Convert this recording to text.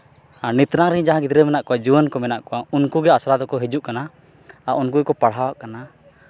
ᱟᱨ ᱱᱤᱛᱱᱟᱝ ᱨᱮ ᱡᱟᱦᱟᱸ ᱜᱤᱫᱽᱨᱟᱹ ᱠᱚ ᱢᱮᱱᱟᱜ ᱠᱚᱣᱟ ᱡᱩᱣᱟᱹᱱ ᱠᱚ ᱢᱮᱱᱟᱜ ᱠᱚᱣᱟ ᱩᱱᱠᱩᱜᱮ ᱟᱥᱲᱟ ᱠᱚ ᱦᱤᱡᱩᱜ ᱠᱟᱱᱟ ᱟᱨ ᱩᱱᱠᱩ ᱜᱮᱠᱚ ᱯᱟᱲᱦᱟᱜ ᱠᱟᱱᱟ